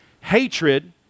hatred